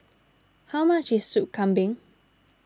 how much is Soup Kambing